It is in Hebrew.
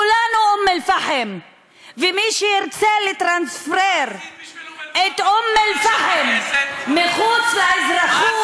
כולנו אום-אלפחם ומי שירצה לטרנספר את אום-אלפחם אל מחוץ לאזרחות,